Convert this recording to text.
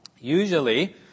usually